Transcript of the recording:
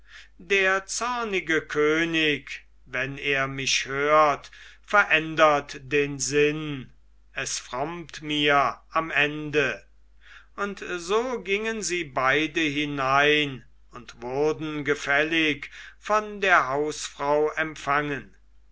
der zornige könig wenn er mich hört verändert den sinn es frommt mir am ende und so gingen sie beide hinein und wurden gefällig von der hausfrau empfangen